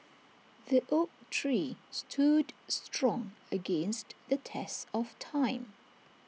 the oak tree stood strong against the test of time